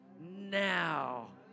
now